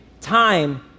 time